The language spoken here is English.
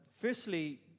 firstly